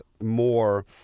more